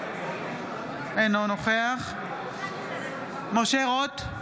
אינו נוכח משה רוט,